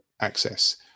access